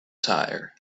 tire